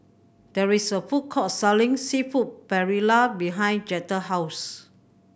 there is a food court selling Seafood Paella behind Jetta house